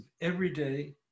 everyday